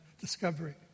discovery